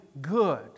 good